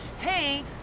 hey